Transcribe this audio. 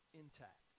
intact